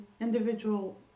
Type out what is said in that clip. individual